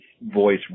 voice